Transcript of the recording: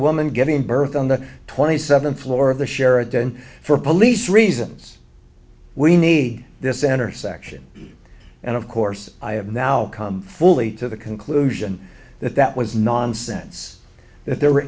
woman giving birth on the twenty seventh floor of the sheraton for police reasons we need this intersection and of course i have now come fully to the conclusion that that was nonsense that there were